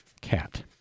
cat